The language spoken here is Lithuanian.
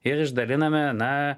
ir išdaliname na